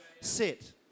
sit